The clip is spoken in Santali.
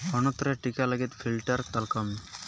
ᱦᱚᱱᱚᱛ ᱨᱮ ᱴᱤᱠᱟ ᱞᱟᱹᱜᱤᱫ ᱯᱷᱤᱞᱴᱟᱨ ᱛᱟᱞᱢᱟ